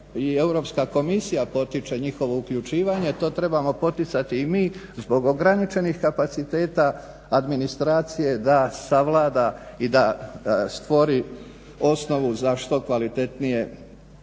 Europska komisija potiče njihovo uključivanje. To trebamo poticati i mi zbog ograničenih kapaciteta administracije da savlada i da stvori osnovu za što kvalitetnije